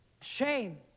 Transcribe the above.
Shame